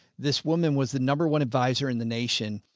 this woman was the number one advisor in the nation,